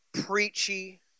preachy